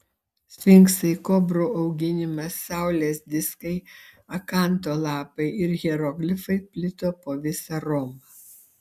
sfinksai kobrų auginimas saulės diskai akanto lapai ir hieroglifai plito po visą romą